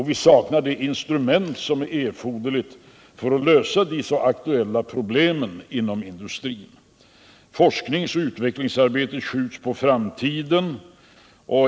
Vi saknar också det instrument som erfordras för att lösa de så aktuella problemen inom industrin. Forskningsoch utvecklingsarbete skjuts på framtiden.